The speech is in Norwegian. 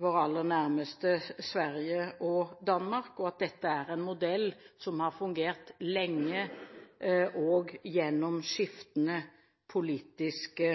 aller nærmeste – Sverige og Danmark – og at dette er en modell som har fungert lenge og gjennom skiftende politiske